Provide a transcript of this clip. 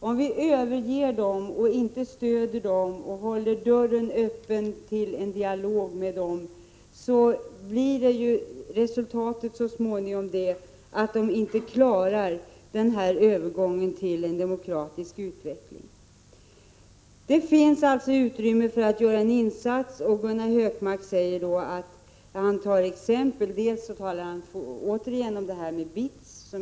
Om vi inte stöder dem och håller dörren öppen till en dialog med dem, blir resultatet så småningom att de inte klarar övergången till demokrati. Det finns alltså utrymme för att göra en insats, menar Gunnar Hökmark och tar återigen BITS som exempel.